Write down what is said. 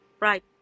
Right